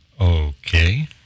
Okay